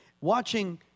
watching